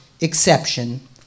exception